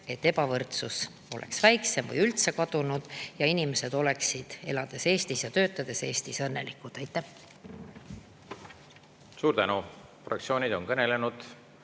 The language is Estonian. et ebavõrdsus oleks väiksem või üldse kadunud ja et inimesed oleksid Eestis elades ja töötades õnnelikud. Aitäh! Suur tänu! Fraktsioonid on kõnelenud.